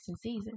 season